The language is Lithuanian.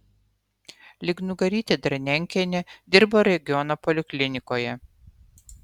lygnugarytė dranenkienė dirbo regiono poliklinikoje